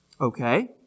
Okay